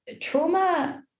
Trauma